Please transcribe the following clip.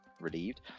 relieved